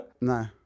No